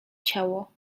ciało